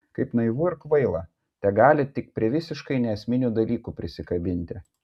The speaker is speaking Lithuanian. kaip naivu ir kvaila tegalit tik prie visiškai neesminių dalykų prisikabinti